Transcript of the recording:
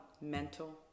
mental